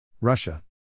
Russia